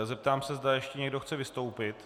Zeptám se, zda ještě někdo chce vystoupit.